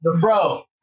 Bro